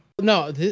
no